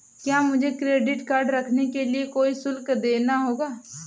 क्या मुझे credit card रखने के लिए कोई शुल्क देना होगा?